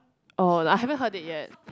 oh like I haven't heard it yet